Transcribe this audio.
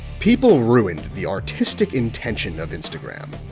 people ruined the artistic intention of instagram.